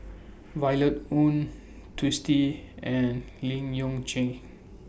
Violet Oon Twisstii and Lim Yew Chye